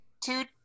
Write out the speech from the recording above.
two